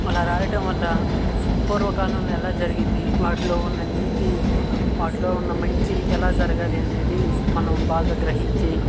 అలా రాయటం వల్ల పూర్వకాలంలో ఎలా జరిగింది వాటిలో ఉన్న నీతి వాటిలో ఉన్న మంచి ఎలా జరగాలి అనేది మనం బాగా గ్రహించి